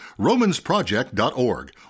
RomansProject.org